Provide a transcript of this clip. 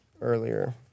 earlier